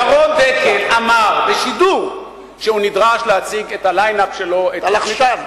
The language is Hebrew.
ירון דקל אמר בשידור שהוא נדרש להציג את ה"ליין-אפ" שלו,